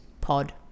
pod